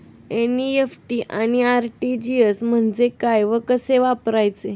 NEFT आणि RTGS म्हणजे काय व कसे वापरायचे?